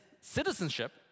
citizenship